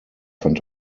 fand